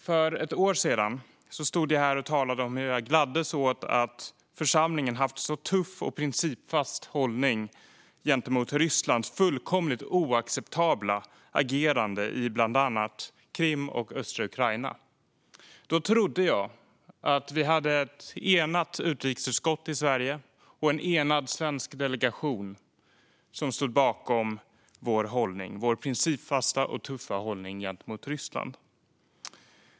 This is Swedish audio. För ett år sedan stod jag här och talade om hur jag gladdes åt att församlingen haft en så tuff och principfast hållning gentemot Rysslands fullkomligt oacceptabla agerande i bland annat Krim och östra Ukraina. Då trodde jag att vi hade ett enat utrikesutskott här i Sveriges riksdag och en enad svensk delegation som stod bakom denna vår principfasta och tuffa hållning gentemot Ryssland.